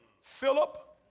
Philip